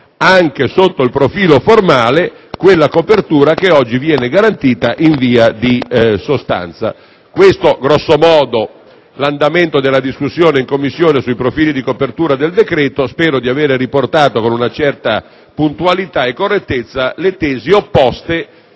anche sotto il profilo formale, quella copertura che oggi viene garantita in via di sostanza. Questo è stato, grosso modo, l'andamento della discussione in Commissione sui profili di copertura finanziaria del decreto-legge. Spero di aver riportato, con una certa puntualità e correttezza, le tesi opposte,